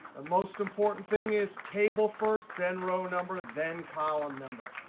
most important thing is table first then row number then column number.